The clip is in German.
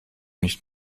nicht